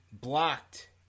blocked